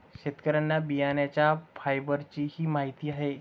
शेतकऱ्यांना बियाण्यांच्या फायबरचीही माहिती आहे